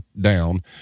down